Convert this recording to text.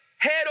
head